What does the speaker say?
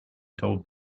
told